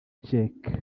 czech